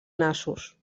nassos